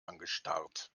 angestarrt